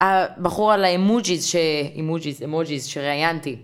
הבחור על האימוג'יז שראיינתי.